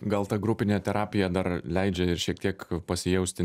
gal ta grupinė terapija dar leidžia ir šiek tiek pasijausti